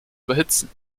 überhitzen